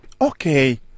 Okay